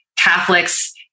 Catholics